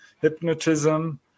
hypnotism